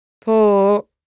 Po